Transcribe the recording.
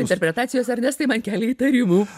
interpretacijos ernestai man kelia įtarimų